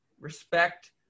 respect